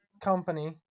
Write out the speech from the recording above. company